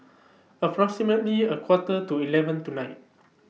approximately A Quarter to eleven tonight